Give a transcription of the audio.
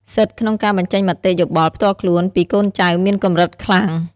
សិទ្ធិក្នុងការបញ្ចេញមតិយោបល់ផ្ទាល់ខ្លួនពីកូនចៅមានកម្រិតខ្លាំង។